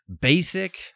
basic